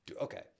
Okay